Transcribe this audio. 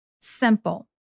SIMPLE